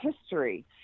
history